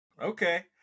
Okay